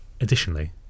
Additionally